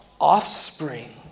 offspring